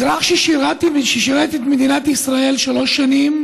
אזרח ששירת את מדינת ישראל שלוש שנים,